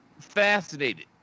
fascinated